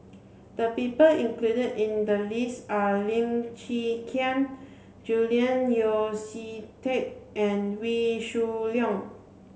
the people included in the list are Lim Chwee Chian Julian Yeo See Teck and Wee Shoo Leong